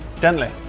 Gently